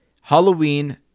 Halloween